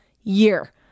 year